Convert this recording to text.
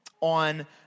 on